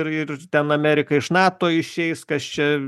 ir ir ten ameriką iš nato išeis kas čia